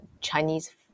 Chinese